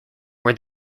were